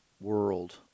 world